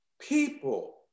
people